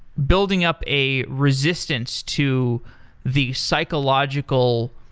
building up a resistance to the psychological